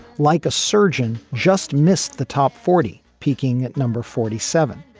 like a surgeon just missed the top forty, peaking at number forty seven,